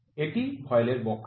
এটি ভয়েলের বক্রতা